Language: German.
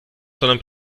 sondern